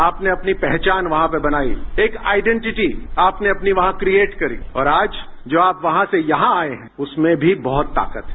आपने अपनी पहचान वहां पर बनाई एक आइडेटिटी आपने अपनी वहां क्रिएट करी और आज जो आप वहां से यहां आए हैं उसमें भी बहुत ताकत है